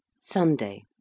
Sunday